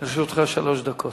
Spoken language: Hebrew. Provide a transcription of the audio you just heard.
לרשותך שלוש דקות.